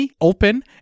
open